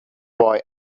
boy